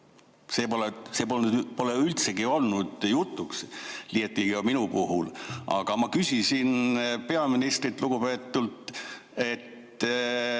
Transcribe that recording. See pole üldsegi olnud jutuks, liiatigi minu puhul. Aga ma küsisin peaministrilt, lugupeetult,